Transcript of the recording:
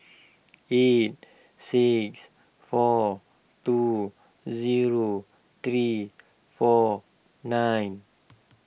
eight six four two zero three four nine